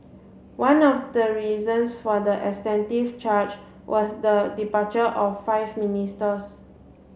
one of the reasons for the extensive charge was the departure of five ministers